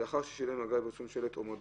שילוט זה גם שלט וגם מודעה.